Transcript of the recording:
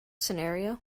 scenario